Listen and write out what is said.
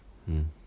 mm